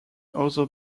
other